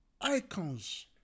icons